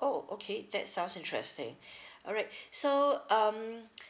oh okay that sounds interesting alright so um